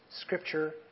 scripture